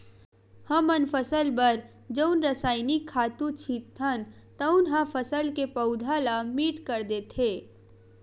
हमन फसल बर जउन रसायनिक खातू छितथन तउन ह फसल के पउधा ल मीठ कर देथे